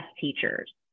teachers